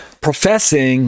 professing